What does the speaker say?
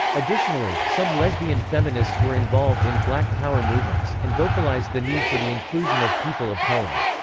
additionally, some lesbian feminists were involved in black power movements, and vocalized the need for the inclusion of people of color.